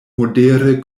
modere